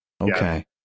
Okay